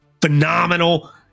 phenomenal